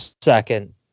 second